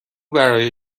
برای